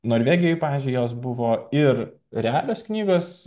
norvegijoj pavyzdžiui jos buvo ir realios knygos